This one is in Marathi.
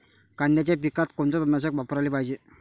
कांद्याच्या पिकात कोनचं तननाशक वापराले पायजे?